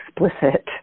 explicit